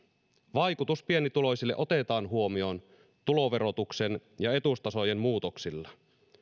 vaikutus pienituloisille otetaan huomioon tuloverotuksen ja etuustasojen muutoksilla